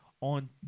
on